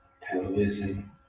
television